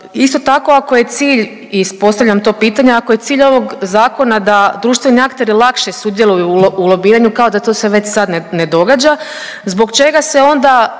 Isto tako ako je cilj i postavljam to pitanje, ako je cilj ovog zakona da društveni akteri lakše sudjeluju u lobiranju, kao da to se već sad ne događa zbog čega se onda